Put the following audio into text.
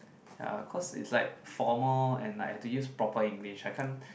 ya cause it's like formal and like have to use proper English I can't